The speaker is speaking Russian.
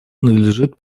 надлежит